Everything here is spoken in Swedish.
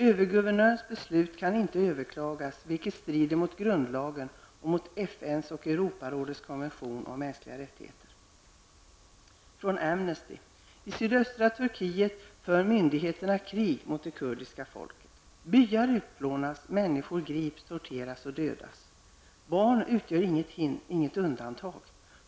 Överguvernörens beslut kan inte överklagas, vilket strider mot grundlagen samt mot Ur en rapport från Amnesty: I sydöstra Turkiet för myndigeterna krig mot det kurdiska folket. Byar utplånas, människor grips, torteras och dödas. Barn utgör inget undantag.